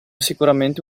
sicuramente